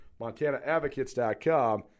MontanaAdvocates.com